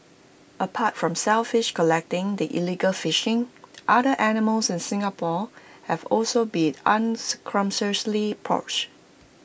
apart from shellfish collecting the illegal fishing other animals in Singapore have also been unscrupulously poached